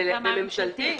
ומהממשלתי.